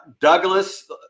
Douglas